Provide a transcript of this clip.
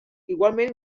igualment